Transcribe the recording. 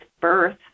birth